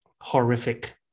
horrific